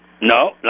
No